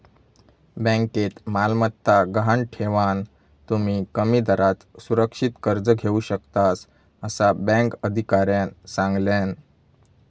बँकेत मालमत्ता गहाण ठेवान, तुम्ही कमी दरात सुरक्षित कर्ज घेऊ शकतास, असा बँक अधिकाऱ्यानं सांगल्यान